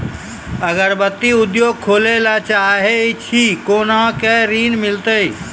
अगरबत्ती उद्योग खोले ला चाहे छी कोना के ऋण मिलत?